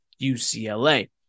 UCLA